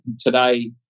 today